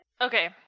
Okay